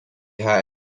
ha